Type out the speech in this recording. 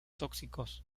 tóxicos